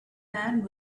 man